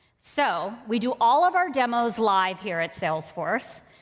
so we do all of our demos live here at salesforce.